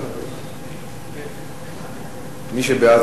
מי שבעד,